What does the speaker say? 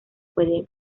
puede